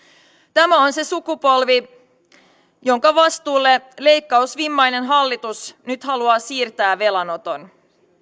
tämä on se sukupolvi jonka vastuulle leikkausvimmainen hallitus nyt haluaa siirtää velanoton